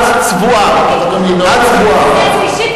אדוני היושב-ראש,